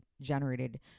generated